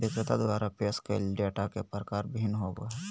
विक्रेता द्वारा पेश कइल डेटा के प्रकार भिन्न होबो हइ